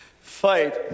fight